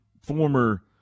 Former